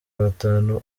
batanu